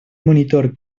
monitor